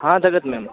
હા તબિયત મેમ